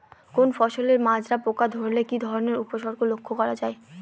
কোনো ফসলে মাজরা পোকা ধরলে কি ধরণের উপসর্গ লক্ষ্য করা যায়?